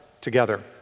together